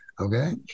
okay